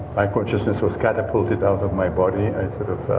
my consciousness was catapulted out of my body. i sort of